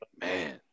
Man